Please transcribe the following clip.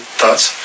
thoughts